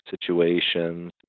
situations